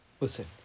Listen